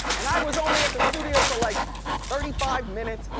and i was only at the studio for like thirty five minutes,